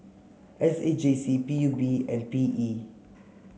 S A J C P U B and P E